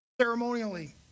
ceremonially